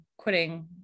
quitting